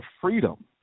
freedom